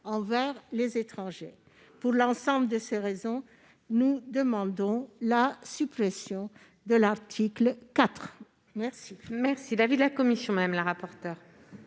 pour les étrangers. Pour l'ensemble de ces raisons, nous demandons la suppression de l'article 4. Quel